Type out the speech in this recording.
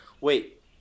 Wait